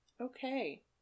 Okay